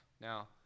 now